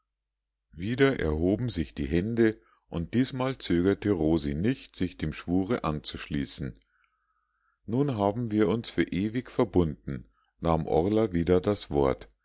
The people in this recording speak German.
wieder erhoben sich die hände und diesmal zögerte rosi nicht sich dem schwure anzuschließen nun haben wir uns für ewig verbunden nahm orla wieder das wort